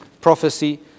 prophecy